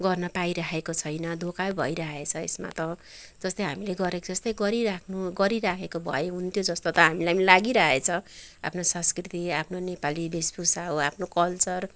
गर्न पाइरहेको छैन धोका भइरहेको छ यसमा त जस्तै हामीले गरेको जस्तै गरिराख्नु गरिराखेको भए हुन्थ्यो जस्तो त हामीलाई पनि लागिरहेको छ आफ्नो संस्कृति आफ्नो नेपाली भेष भूषा आफ्नो कल्चर